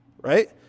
right